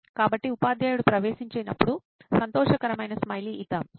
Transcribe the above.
కాబట్టి ఉపాధ్యాయుడు ప్రవేశించినప్పుడు సంతోషకరమైన స్మైలీ ఇద్దాం సరేనా